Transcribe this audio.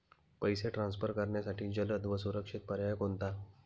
पैसे ट्रान्सफर करण्यासाठी जलद व सुरक्षित पर्याय कोणता?